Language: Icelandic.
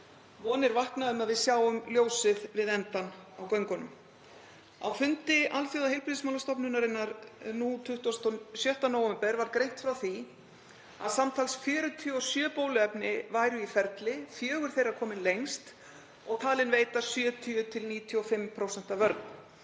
Vonir vakna um að við sjáum ljósið við endann á göngunum. Á fundi Alþjóðaheilbrigðismálastofnunarinnar nú 26. nóvember var greint frá því að samtals 47 bóluefni væru í ferli, fjögur þeirra komin lengst og talin veita 70–95% vörn.